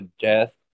Death